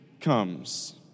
comes